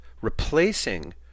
replacing